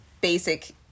basic